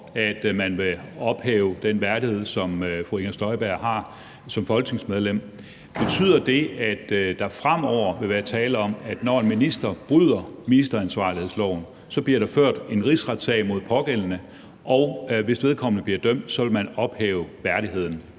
at ophæve den værdighed, som fru Inger Støjberg har som folketingsmedlem, at der fremover vil være tale om, at når en minister bryder ministeransvarlighedsloven, så bliver der ført en rigsretssag mod pågældende, og hvis vedkommende bliver dømt, vil man ophæve vedkommendes